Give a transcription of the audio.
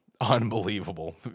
unbelievable